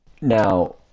Now